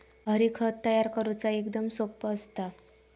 हरी, खत तयार करुचा एकदम सोप्पा असता